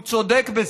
הוא צודק בזה.